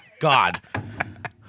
God